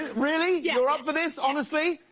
really? you're up for this, honestly?